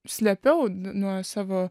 slėpiau nuo savo